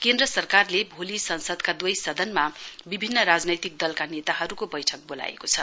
केन्द्र सरकारले भोलि संसदका दुवै सदनमा विभिन्न राजनैतिक दलका नेताहरुको वैठक वोलाएको छ